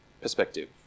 perspective